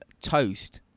toast